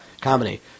comedy